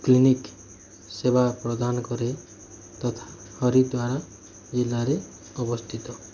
clinic ସେବା ପ୍ରଦାନ କରେ ତଥା ହରିଦ୍ୱାର ଜିଲ୍ଲାରେ ଅବସ୍ଥିତ